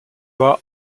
were